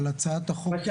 אבל הצעת החוק תפתור את זה.